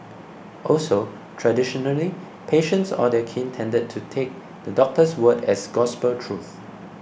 also traditionally patients or their kin tended to take the doctor's word as gospel truth